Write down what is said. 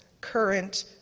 current